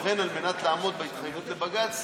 לכן, על מנת לעמוד בהתחייבות לבג"ץ,